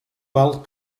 wealth